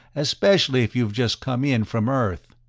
especially if you've just come in from earth.